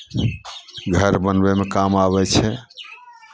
घर बनबैमे काम आबै छै